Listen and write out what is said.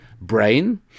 Brain